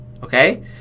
Okay